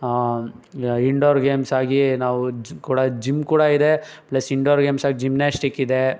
indoor games ಆಗಿ ನಾವು ಕೂಡ ಜಿಮ್ ಕೂಡ ಇದೆ ಪ್ಲಸ್ ಇಂಡೋರ್ ಗೇಮ್ಸಾಗಿ ಜಿಮ್ನಾಶ್ಟಿಕ್ ಇದೆ